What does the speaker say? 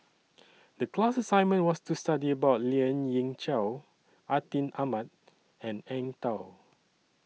The class assignment was to study about Lien Ying Chow Atin Amat and Eng Tow